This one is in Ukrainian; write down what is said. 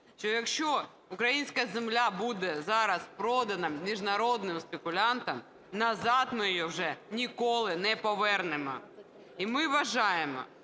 що якщо українська земля буде зараз продана міжнародним спекулянтам, назад ми її вже ніколи не повернемо. І ми вважаємо,